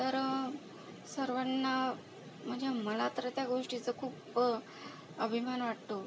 तर सर्वांना म्हणजे मला तर त्या गोष्टीचं खूप अभिमान वाटतो